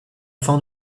fin